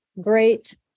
great